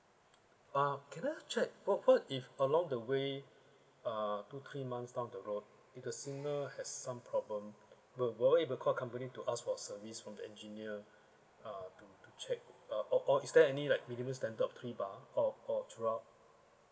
ah can I check what what if along the way uh two three months down the road if the signal has some problem will will it be able to call the company to ask for service from the engineer ah to to check err or or is there any like minimum standard of three bar or or throughout